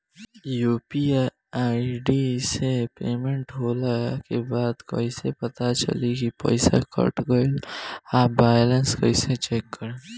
UPI ID से payment होला के बाद कइसे पता चली की पईसा कट गएल आ बैलेंस कइसे चेक करम?